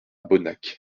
bonnac